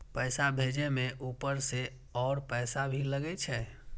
पैसा भेजे में ऊपर से और पैसा भी लगे छै?